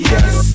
Yes